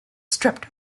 stripped